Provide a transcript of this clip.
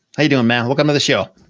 how you doing, man, welcome to the show.